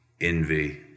envy